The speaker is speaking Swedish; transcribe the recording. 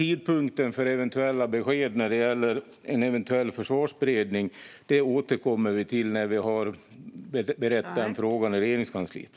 Tidpunkten för eventuella besked när det gäller en eventuell försvarsberedning återkommer vi till när vi har berett den frågan i Regeringskansliet.